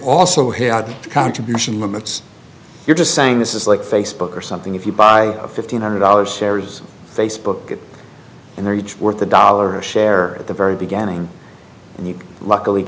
also had contribution limits you're just saying this is like facebook or something if you buy fifteen hundred dollars shares of facebook and they're each worth a dollar a share at the very beginning and you luckily